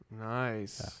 Nice